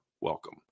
welcome